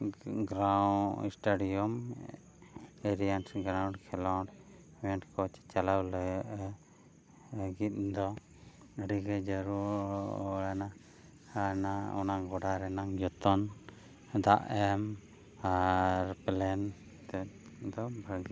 ground stadium area ᱥᱮ ground ᱠᱷᱮᱹᱞᱳᱰ ᱪᱟᱞᱟᱣ ᱞᱮ ᱪᱟᱞᱟᱣ ᱞᱟᱹᱜᱤᱫ ᱫᱚ ᱟᱹᱰᱤᱜᱮ ᱡᱟᱹᱨᱩᱲ ᱟᱱᱟ ᱟᱨ ᱚᱱᱟ ᱜᱚᱰᱟ ᱨᱮᱱᱟᱜ ᱡᱚᱛᱚᱱ ᱫᱟᱜ ᱮᱢ ᱟᱨ ᱯᱟᱞᱮᱱ ᱮᱱᱛᱮᱫ ᱫᱚ ᱵᱷᱟᱹᱜᱤ